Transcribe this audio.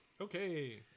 Okay